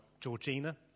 Georgina